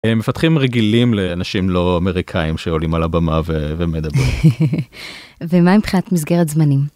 מפתחים רגילים לאנשים לא אמריקאים שעולים על הבמה ומדברים. ומה מבחינת מסגרת זמנים.